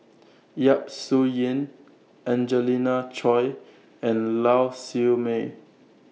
Yap Su Yin Angelina Choy and Lau Siew Mei